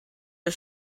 are